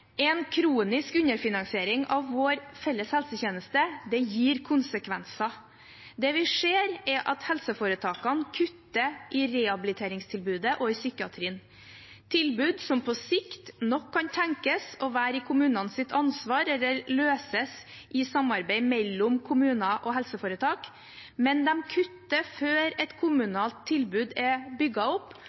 En kronisk underfinansiering av vår felles helsetjeneste gir konsekvenser. Det vi ser, er at helseforetakene kutter i rehabiliteringstilbudet og i psykiatrien – tilbud som på sikt nok kan tenkes å være kommunenes ansvar eller løses i samarbeid mellom kommuner og helseforetak, men de kutter før et kommunalt tilbud er bygd opp,